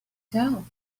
tell